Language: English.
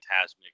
Fantasmic